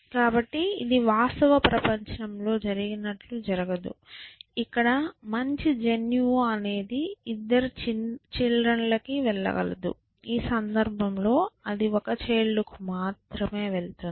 కాబట్టి ఇది వాస్తవ ప్రపంచంలో జరిగినట్లు జరగదు ఇక్కడ మంచి జన్యువు అనేది ఇద్దరి చిల్డ్రన్ లకి వెళ్ళగలదు ఈ సందర్భంలో అది ఒక చైల్డ్ కి మాత్రమే వెళ్తుంది